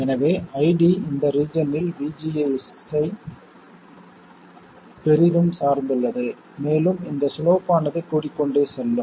எனவே ID இந்த ரீஜன்யில் VGS ஐப் பெரிதும் சார்ந்துள்ளது மேலும் இந்த சிலோப் ஆனது கூடிக்கொண்டே செல்லும்